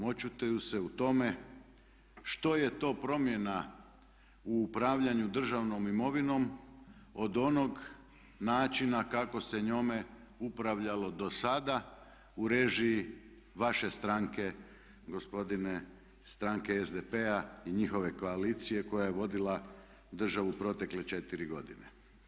Očituju se u tome što je to promjena u upravljanju državnom imovinom od onog načina kako se njome upravljalo dosada u režiji vaše stranke gospodine, stranke SDP-a i njihove koalicije koja je vodila državu protekle četiri godine.